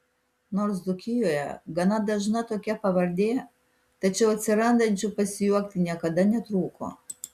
nors dzūkijoje gana dažna tokia pavardė tačiau atsirandančių pasijuokti niekada netrūko